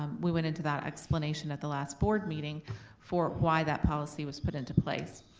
um we went into that explanation at the last board meeting for why that policy was put into place.